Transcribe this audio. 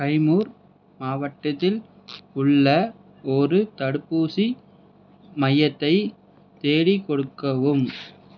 கைமூர் மாவட்டத்தில் உள்ள ஒரு தடுப்பூசி மையத்தை தேடிக் கொடுக்கவும்